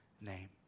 name